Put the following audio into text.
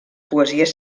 poesies